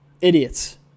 idiots